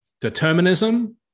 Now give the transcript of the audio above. Determinism